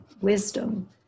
wisdom